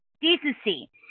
decency